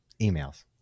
emails